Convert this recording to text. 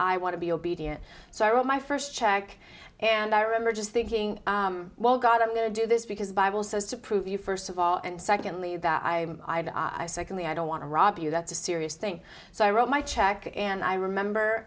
i want to be obedient so i wrote my first check and i remember just thinking well god i'm going to do this because the bible says to prove you first of all and secondly that i'm i second the i don't want to rob you that's a serious thing so i wrote my check and i remember